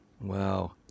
wow